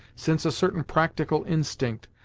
since a certain practical instinct,